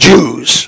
Jews